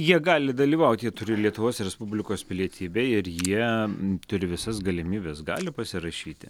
jie gali dalyvauti jie turi lietuvos respublikos pilietybę ir jie turi visas galimybes gali pasirašyti